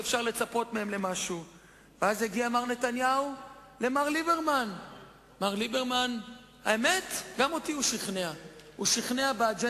זאת באמת בעיה, כי